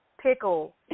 pickle